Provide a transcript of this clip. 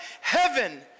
heaven